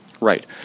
Right